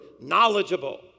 knowledgeable